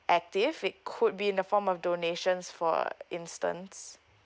active it could be in the form of donations for instance